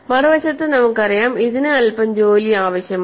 മറുവശത്ത് നമുക്കറിയാം ഇതിന് അൽപ്പം ജോലി ആവശ്യമാണ്